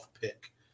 pick